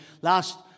last